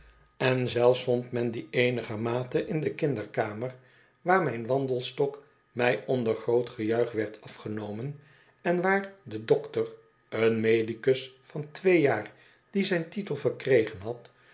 en zelfs vond een reiziger die geen handel drijft men die eenigermate in de kinderkamer waar mijn wandelstok mij onder groot gejuich werd afgenomen en waar de dokter een medicus van twee jaar die zijn titel verkregen had